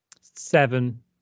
seven